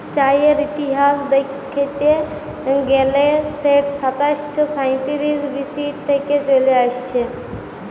চাঁয়ের ইতিহাস দ্যাইখতে গ্যালে সেট সাতাশ শ সাঁইতিরিশ বি.সি থ্যাইকে চলে আইসছে